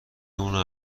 اونو